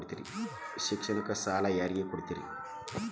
ಶಿಕ್ಷಣಕ್ಕ ಸಾಲ ಯಾರಿಗೆ ಕೊಡ್ತೇರಿ?